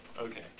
Okay